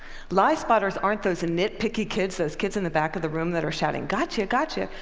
liespotters aren't those and nitpicky kids, those kids in the back of the room that are shouting, gotcha! gotcha!